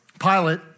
Pilate